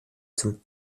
zum